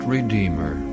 Redeemer